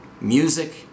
music